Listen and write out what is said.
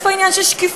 יש פה עניין של שקיפות.